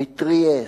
מטריאסט,